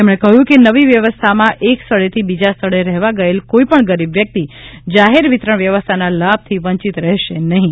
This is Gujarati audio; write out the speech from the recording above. તેમણે કહ્યું કે નવી વ્યવસ્થામાં એક સ્થળેથી બીજા સ્થળે રહેવા ગયેલ કોઇપણ ગરીબ વ્યક્તિ જાહેરવિતરણ વ્યવસ્થાના લાભથી વંચિત રહેશે નહિં